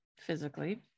physically